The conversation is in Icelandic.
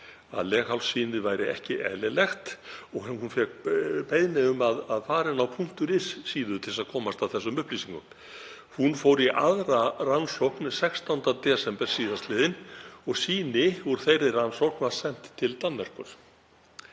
að leghálssýni væri ekki eðlilegt og hún fékk beiðni um að fara inn á .is síðu til að komast að þeim upplýsingum. Hún fór í aðra rannsókn 16. desember síðastliðinn og sýni úr þeirri rannsókn var sent til Danmerkur.